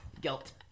guilt